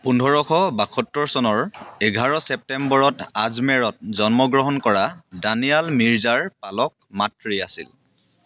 পোন্ধৰশ বাসত্তৰ চনৰ এঘাৰ ছেপ্টেম্বৰত আজমেৰত জন্মগ্ৰহণ কৰা দানিয়াল মিৰ্জাৰ পালক মাতৃ আছিল